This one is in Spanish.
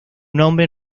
nombre